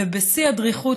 ובשיא הדריכות,